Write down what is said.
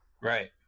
Right